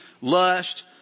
lust